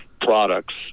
products